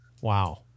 Wow